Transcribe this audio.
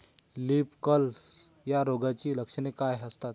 Leaf curl या रोगाची लक्षणे काय असतात?